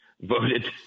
voted